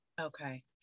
Okay